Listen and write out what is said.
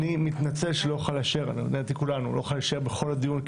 אני מתנצל שאני לא אוכל להישאר בכל הדיון,